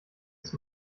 ist